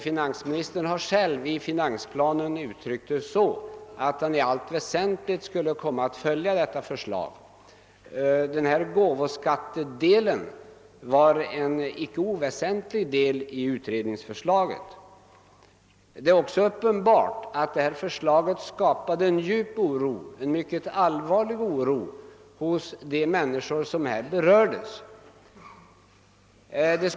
Finansministern har själv i finansplanen framhållit att han i allt väsentligt skulle komma att följa beredningens förslag. Gåvoskatten var en icke oväsentlig del i utredningsförslaget. Det är också uppenbart att detta förslag skapat en mycket allvarlig oro hos de människor som berörs av det.